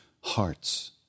hearts